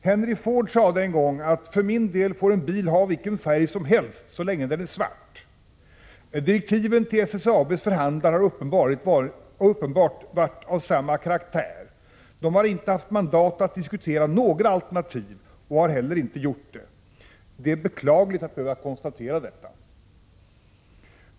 Henry Ford sade en gång: ”För min del får en bil ha vilken färg som helst, så länge den är svart.” — Direktiven till SSAB:s förhandlare har uppenbarligen varit av samma karaktär. Förhandlarna har inte haft mandat att diskutera några alternativ, och det har de heller inte gjort. Det är beklagligt att behöva konstatera detta.